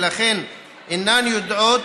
ולכן אינן יודעות